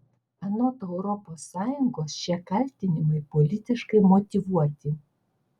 anot europos sąjungos šie kaltinimai politiškai motyvuoti